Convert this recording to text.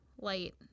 light